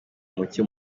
muke